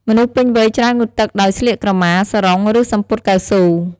មនុស្សពេញវ័យច្រើនងូតទឹកដោយស្លៀកក្រមា សារ៉ុង ឬ សំពត់កៅស៊ូ។